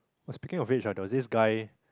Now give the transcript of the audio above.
!wah! speaking of which ah there's this guy